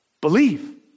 Believe